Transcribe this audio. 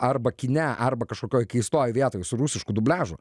arba kine arba kažkokioj keistoj vietoj su rusišku dubliažu